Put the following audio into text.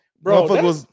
Bro